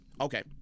Okay